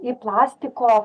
į plastiko